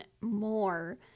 more